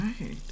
right